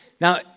Now